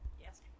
Yes